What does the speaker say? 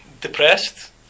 depressed